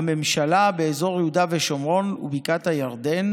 הממשלה באזור יהודה ושומרון ובקעת הירדן,